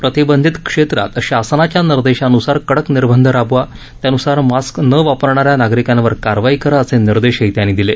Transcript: प्रतिबंधित क्षेत्रात शासनाच्या निर्देशानुसार कडक निर्बंध राबवा त्यानुसार मास्क न वापरणाऱ्या नागरिकांवर कारवाई करा असे निर्देशही त्यांनी दिले